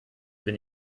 bin